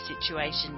situation